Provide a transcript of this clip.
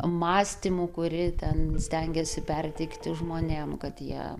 mąstymu kurį ten stengiasi perteikti žmonėm kad jie